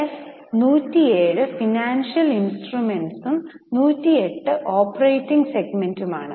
S 107 financial ഇൻസ്ട്രുമെന്റ്സും 108 operating സെഗ്മെന്റുമാണ്